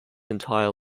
entire